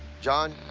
john,